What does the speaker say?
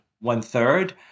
one-third